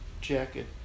jacket